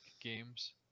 games